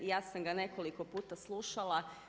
Ja sam ga nekoliko puta slušala.